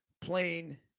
plain